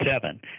seven